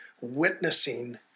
witnessing